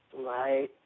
Right